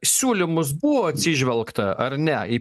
siūlymus buvo atsižvelgta ar ne į